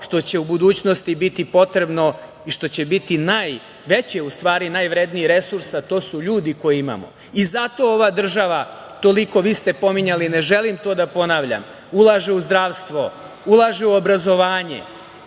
što će u budućnosti biti potrebno i što će biti najveći, u stvari najvredniji resurs, a to su ljudi koje imamo i zato ova država toliko, vi ste pominjali, ne želim to da ponavljam, ulaže u zdravstvo, ulaže u obrazovanje,